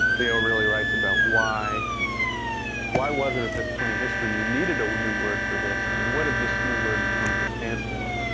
leo really writes about why why was it at this point in history you needed a new word for this, and what did this new word come to stand for.